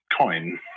coin